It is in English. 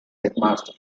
headmaster